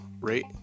rate